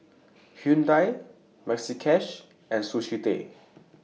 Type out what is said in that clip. Hyundai Maxi Cash and Sushi Tei